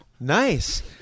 Nice